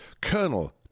Colonel